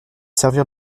servir